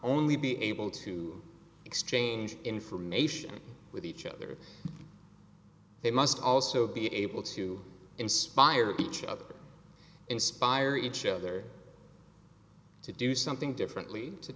only be able to exchange information with each other they must also be able to inspire each other inspiring each other to do something differently to